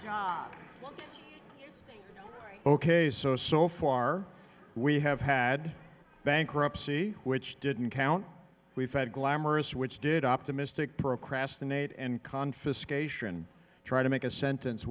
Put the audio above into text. job ok so so far we have had bankruptcy which didn't count we've had glamorous which did optimistic procrastinate and confiscation try to make a sentence